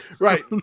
Right